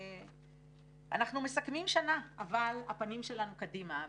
אנחנו מסכמים שנה אבל הפנים שלנו קדימה.